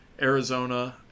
Arizona